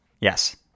yes